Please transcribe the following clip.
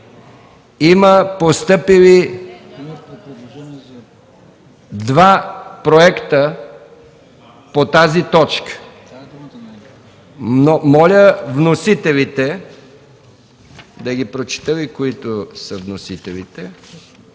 Има постъпили два проекта по тази точка. Моля, вносителите! Да прочета кои са вносителите